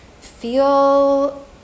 feel